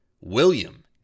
William